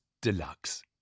Deluxe